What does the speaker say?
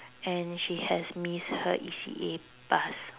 and she has missed her E_C_A bus